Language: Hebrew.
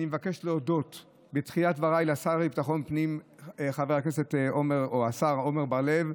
אני מבקש להודות לשר לביטחון הפנים עמר בר לב,